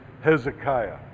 Hezekiah